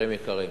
חברים יקרים,